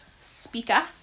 speaker